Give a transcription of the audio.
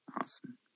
awesome